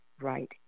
right